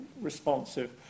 responsive